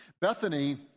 Bethany